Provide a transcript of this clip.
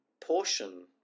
portion